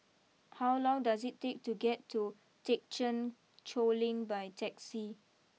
how long does it take to get to Thekchen Choling by taxi